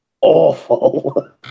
awful